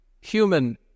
human